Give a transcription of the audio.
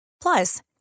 Plus